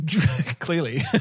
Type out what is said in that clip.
Clearly